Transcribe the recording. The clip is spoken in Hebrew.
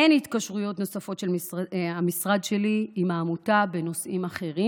אין התקשרויות נוספות של המשרד שלי עם העמותה בנושאים אחרים.